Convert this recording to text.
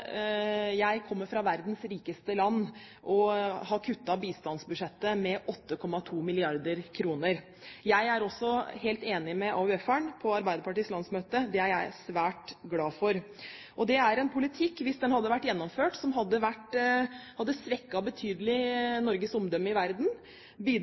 Jeg kommer fra verdens rikeste land og har kuttet bistandsbudsjettet med 8,2 mrd. kr. Jeg er helt enig med AUF-eren på Arbeiderpartiets landsmøte, det er jeg også svært glad for. Det er en politikk som hvis den hadde vært gjennomført, hadde svekket Norges omdømme i verden betydelig og bidratt til at vi hadde